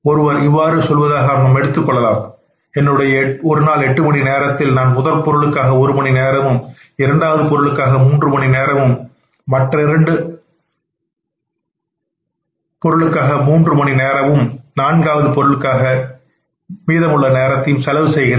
ஒருவர் இவ்வாறு சொல்வதாக நாம் எடுத்துக்கொள்வோம் என்னுடைய ஒரு நாள் எட்டு மணி நேரத்தில் நான் முதல் பொருளுக்காக ஒரு மணி நேரமும் இரண்டாவது பொருளுக்காக மூன்று மணி நேரமும் மற்றும் இரண்டிலிருந்து மூன்று மணிநேரம் மூன்றாவது பொருட்களுக்காகவும் நான்காவது பொருட்களுக்கும் செய்கின்றேன்